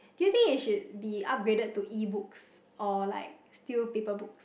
do you think it should be upgraded to ebooks or like still paper books